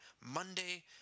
Monday